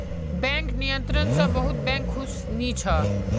bank नियंत्रण स बहुत बैंक खुश नी छ